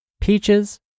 peaches